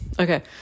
Okay